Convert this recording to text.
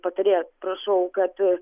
patarėjas prašau kad